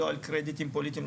לא על קרדיטים פוליטיים,